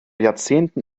jahrzehnten